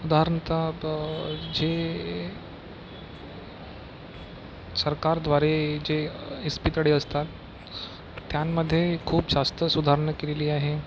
उदाहरणार्थ जे सरकारद्वारे जे इस्पितळे असतात त्यांमध्ये खूप जास्त सुधारणा केलेली आहे